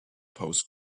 pose